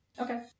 Okay